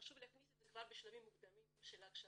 חשוב להכניס את זה כבר בשלבים המוקדמים של הכשרת